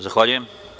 Zahvaljujem.